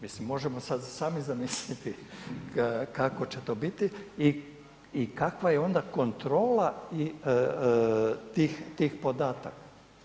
Mislim možemo si sami zamisliti kako će to biti i kakva je onda kontrola tih podataka.